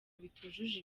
bitujuje